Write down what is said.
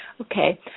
Okay